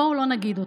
בואו לא נגיד אותו.